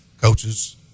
Coaches